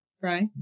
Right